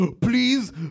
Please